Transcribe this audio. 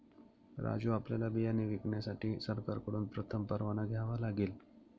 राजू आपल्याला बियाणे विकण्यासाठी सरकारकडून प्रथम परवाना घ्यावा लागेल